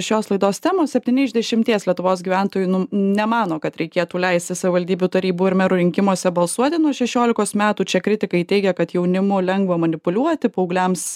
šios laidos temos septyni iš dešimties lietuvos gyventojų nu nemano kad reikėtų leisti savivaldybių tarybų ir merų rinkimuose balsuoti nuo šešiolikos metų čia kritikai teigia kad jaunimu lengva manipuliuoti paaugliams